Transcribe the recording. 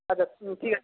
আচ্ছা ঠিক আছে